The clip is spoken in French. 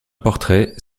portrait